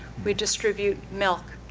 we distribute milk,